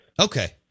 Okay